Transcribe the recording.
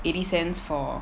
eighty cents for